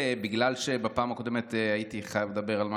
בגלל שבפעם הקודמת הייתי חייב לדבר על מה